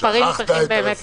ספרים צריכים באמת לספר.